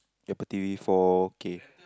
Apple T_V four K